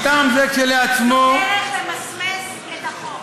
מטעם זה כשלעצמו, זו דרך למסמס את החוק.